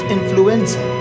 Influenza